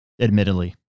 admittedly